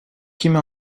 kimi